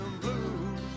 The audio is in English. blues